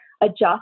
adjust